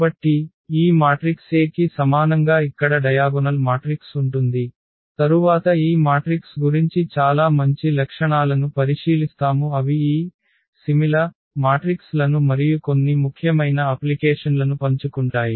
కాబట్టి ఈ matrix A కి సమానంగా ఇక్కడ డయాగొనల్ మాట్రిక్స్ ఉంటుంది తరువాత ఈ మాట్రిక్స్ గురించి చాలా మంచి లక్షణాలను పరిశీలిస్తాము అవి ఈ సారూప్య మాట్రిక్స్ లను మరియు కొన్ని ముఖ్యమైన అప్లికేషన్లను పంచుకుంటాయి